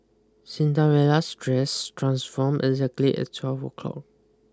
Cinderella's dress transformed exactly at twelve o'clock